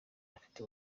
bafite